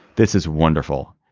this is wonderful.